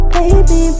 Baby